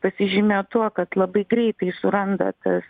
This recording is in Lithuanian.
pasižymėjo tuo kad labai greitai suranda tas